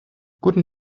guten